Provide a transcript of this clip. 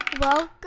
Welcome